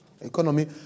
Economy